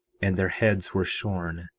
and their heads were shorn,